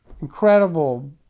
incredible